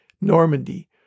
Normandy